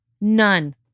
None